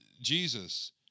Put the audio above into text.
Jesus